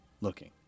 looking